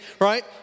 Right